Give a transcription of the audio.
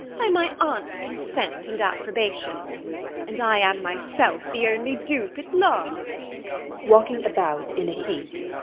by my aunt's consent and approbation and i am myself the only dupe at last walking about in a heat.